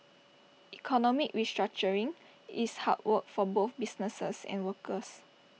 economic restructuring is hard work for both businesses and workers